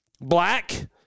black